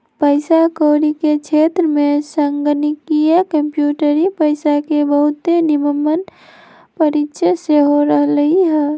पइसा कौरी के क्षेत्र में संगणकीय कंप्यूटरी पइसा के बहुते निम्मन परिचय सेहो रहलइ ह